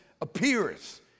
appears